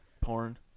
Porn